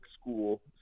school